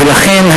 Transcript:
ולכן,